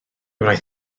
wnaeth